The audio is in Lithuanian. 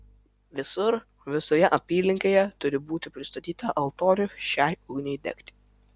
visur visoje apylinkėje turi būti pristatyta altorių šiai ugniai degti